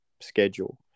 schedule